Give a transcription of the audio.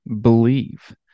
Believe